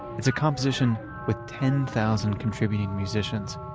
it's a composition with ten thousand contributing musicians.